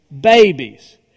babies